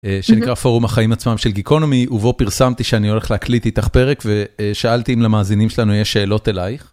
‫שנקרא פורום החיים עצמם של ‫גיקונומי ובו פרסמתי שאני הולך להקליט איתך פרק ‫ושאלתי אם למאזינים שלנו יש שאלות אלייך.